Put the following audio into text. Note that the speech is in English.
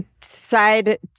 side